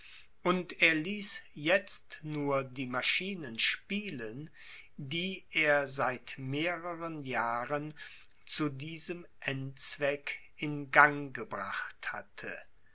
und er ließ jetzt nur die maschinen spielen die er seit mehreren jahren zu diesem endzweck in gang gebracht hatte